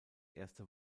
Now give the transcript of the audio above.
erste